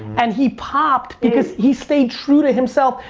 and he popped because he stayed true to himself.